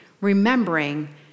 remembering